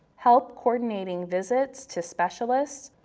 help coordinating visits to specialists,